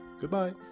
Goodbye